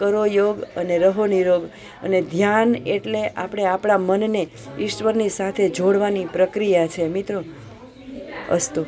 કરો યોગ અને રહો નિરોગ અને ધ્યાન એટલે આપણે આપણા મનને ઈશ્વરની સાથે જોડવાની પ્રક્રિયા છે મિત્રો અસ્તુ